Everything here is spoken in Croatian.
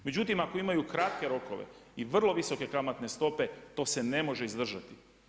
Međutim ako imaju kratke rokove i vrlo visoke kamatne stope to se ne može izdržati.